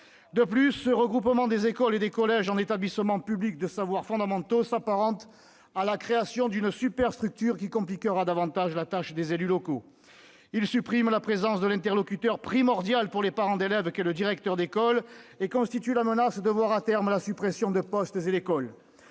De plus, ce regroupement des écoles et des collèges en établissements publics de savoirs fondamentaux s'apparente à la création d'une superstructure qui compliquera davantage la tâche des élus locaux. Il supprime la présence de l'interlocuteur primordial pour les parents d'élèves qu'est le directeur d'école et constitue la menace de voir à terme la suppression de postes et d'écoles.